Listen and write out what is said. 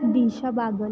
Disha Bagal